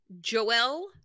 Joel